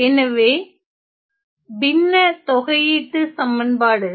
எனவே பின்ன தொகையீட்டுச்சமன்பாடுகள்